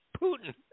Putin